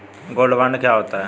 Gold bond क्या होता है?